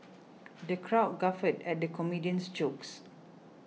the crowd guffawed at the comedian's jokes